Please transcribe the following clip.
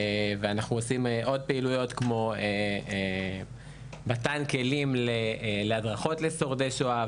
אנחנו עושים עוד פעילויות כמו מתן כלים להדרכות לשורדי שואה,